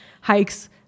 hikes